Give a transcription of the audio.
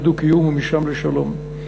לדו-קיום ומשם לשלום.